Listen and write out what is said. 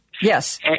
Yes